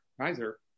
Kaiser